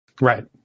Right